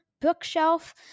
bookshelf